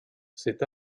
cet